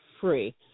free